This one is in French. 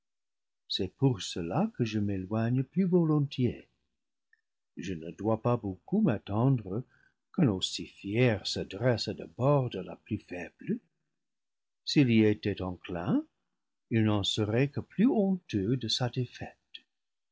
c'est pour cela que je m'é loigne plus volontiers je ne dois pas beaucoup m'attendre qu'un aussi fier s'adresse d'abord à la plus faible s'il y était enclin il n'en serait que plus honteux de sa défaite